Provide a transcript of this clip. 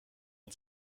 man